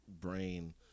brain